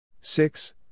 Six